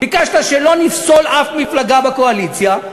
ביקשת שלא נפסול אף מפלגה בקואליציה,